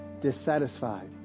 dissatisfied